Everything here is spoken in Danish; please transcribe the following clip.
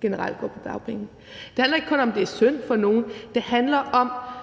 generelt går på dagpenge. Det handler ikke kun om, om det er synd for nogen.